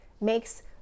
makes